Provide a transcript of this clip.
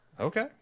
Okay